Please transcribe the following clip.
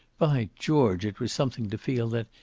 by george, it was something to feel that,